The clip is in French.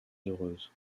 heureuse